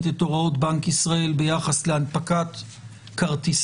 את הוראות בנק ישראל ביחס להנפקת כרטיסים,